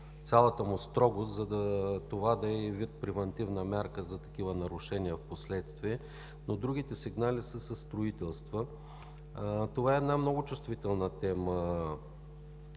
цялата му строгост, за да бъде това един вид превантивна мярка за такива нарушения впоследствие. Другите сигнали са със строителства. Това е една много чувствителна тема